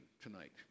tonight